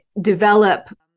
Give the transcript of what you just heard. develop